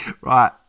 Right